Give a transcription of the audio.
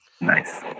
nice